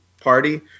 party